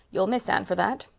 you'll miss anne for that.